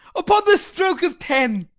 upon the stroke of ten.